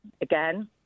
again